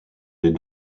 des